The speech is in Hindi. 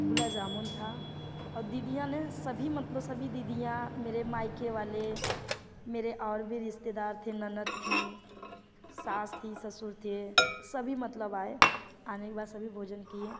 गुलाब जामुन था और दीदीयाँ ने सभी मतलब सभी दीदीयाँ मेरे मायके वाले मेरे और भी रिश्तेदार थे ननंद थीं सास थी ससुर थे सभी मतलब आए आने के बाद सभी भोजन किए